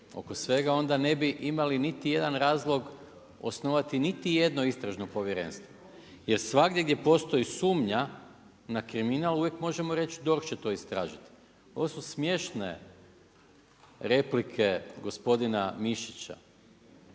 onda ne bi imali niti jedan razlog osnovati niti jedno istražno povjerenstvo. Jer svagdje gdje postoji sumnja na kriminal uvijek možemo reći DORH će to istražiti. Ovo su smiješne replike gospodina Mišića.